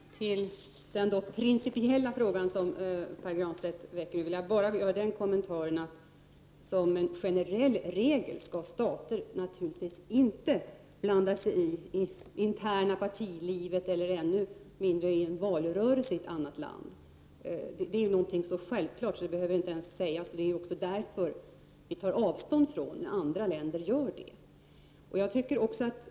Herr talman! När det gäller den principiella frågan som Pär Granstedt tog upp vill jag bara göra den kommentaren att stater generellt naturligtvis inte skall blanda sig i det interna partilivet och ännu mindre en valrörelse i ett annat land. Det är någonting så självklart att det inte ens behöver sägas. Vi tar också avstånd när andra länder gör sig skyldiga till sådant.